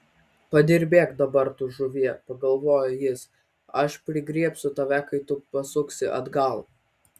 padirbėk dabar tu žuvie pagalvojo jis aš prigriebsiu tave kai tu pasuksi atgal